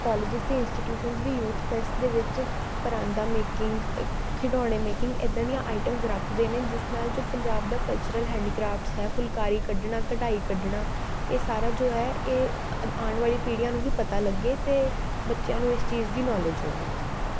colleges ਅਤੇ institutions ਵੀ youth fest ਦੇ ਵਿੱਚ ਪਰਾਂਦਾ ਮੈਕਿੰਗ ਖਿਡੌਣੇ ਮੇਕਿੰਗ ਇੱਦਾਂ ਦੀਆਂ ਆਈਟਮਸ ਰੱਖਦੇ ਨੇ ਜਿਸ ਨਾਲ਼ ਜੋ ਪੰਜਾਬ ਦਾ ਕਲਚਰਲ ਹੈਂਡੀਕ੍ਰਾਫਟਸ ਹੈ ਫੁੱਲਕਾਰੀ ਕੱਢਣਾ ਕਢਾਈ ਕੱਢਣਾ ਇਹ ਸਾਰਾ ਜੋ ਹੈ ਇਹ ਆਉਣ ਵਾਲੀ ਪੀੜ੍ਹੀਆਂ ਨੂੰ ਵੀ ਪਤਾ ਲੱਗੇ ਅਤੇ ਬੱਚਿਆਂ ਨੂੰ ਇਸ ਚੀਜ਼ ਦੀ ਨੌਲੇਜ ਹੋਵੇ